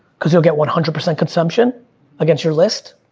cause you'll get one hundred percent consumption against your list,